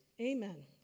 Amen